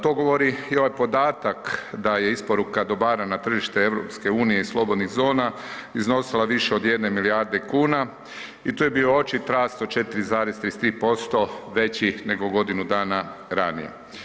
To govori i ovaj podatak da je isporuka dobara na tržište EU i slobodnih zona iznosila više od jedne milijarde kuna i tu je bio očit rast od 4,33% većih nego godinu dana ranije.